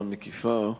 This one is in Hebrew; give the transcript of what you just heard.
על התשובה המקיפה.